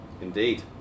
Indeed